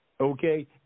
okay